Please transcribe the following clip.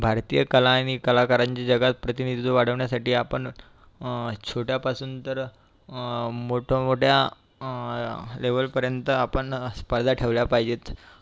भारतीय कला आणि कलाकारांचे जगात प्रतिनिधित्व वाढवण्यासाठी आपण छोट्यापासून तर मोठमोठ्या लेवलपर्यंत आपण स्पर्धा ठेवल्या पाहिजेत